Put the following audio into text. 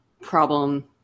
problem